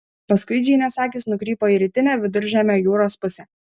paskui džeinės akys nukrypo į rytinę viduržemio jūros pusę